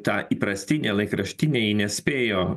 ta įprastinė laikraštinė ji nespėjo